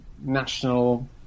national